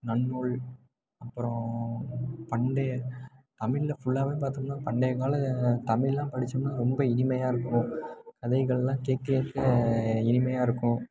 நன்னூல் அப்புறம் பண்டைய தமிழ்ல ஃபுல்லாகவே பார்த்தோம்ன்னா பண்டைய கால தமிழெலாம் படித்தோம்ன்னா ரொம்ப இனிமையாக இருக்கும் கதைகளெலாம் கேட்க கேட்க இனிமையாக இருக்கும்